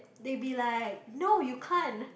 they'll be like no you can't